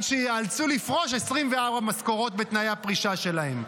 שייאלצו לפרוש 24 משכורות בתנאי הפרישה שלהם.